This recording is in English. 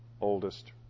oldest